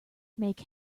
make